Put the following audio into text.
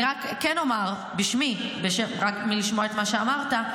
אני רק כן אומר, בשמי, רק מלשמוע את מה שאמרת,